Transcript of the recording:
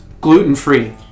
gluten-free